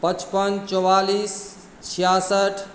पचपन चौआलिस छिआसठि